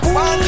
one